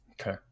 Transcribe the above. Okay